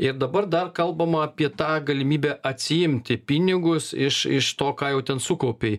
ir dabar dar kalbama apie tą galimybę atsiimti pinigus iš iš to ką jau ten sukaupei